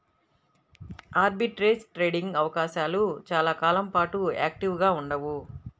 arbitrage trading అవకాశాలు చాలా కాలం పాటు యాక్టివ్గా ఉండవు